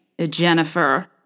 Jennifer